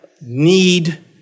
need